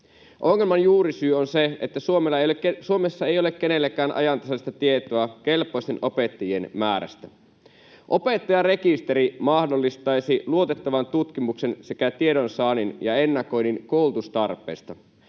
Ongelman juurisyy on se, että Suomessa ei ole kenelläkään ajantasaista tietoa kelpoisten opettajien määrästä. Opettajarekisteri mahdollistaisi luotettavan tutkimuksen sekä tiedonsaannin ja ennakoinnin koulutustarpeesta.